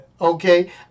Okay